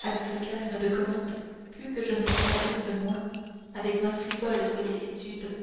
avec ce calme de commande plus que je ne vous abuse moi avec ma frivole sollicitude